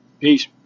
Peace